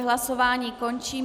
Hlasování končím.